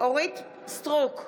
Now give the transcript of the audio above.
אורית מלכה סטרוק,